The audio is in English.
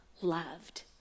loved